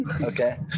okay